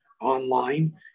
online